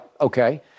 okay